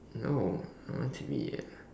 no I want to be